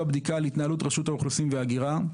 בדיקה על התנהלות רשות האוכלוסין וההגירה,